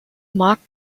marked